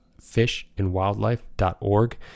fishandwildlife.org